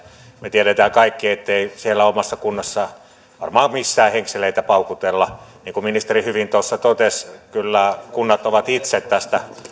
me tiedämme kaikki ettei siellä omassa kunnassa varmaan missään henkseleitä paukutella niin kuin ministeri hyvin tuossa totesi kyllä kunnat ovat itse tästä